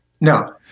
No